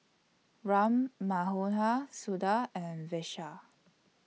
Ram Manohar Suda and Vishal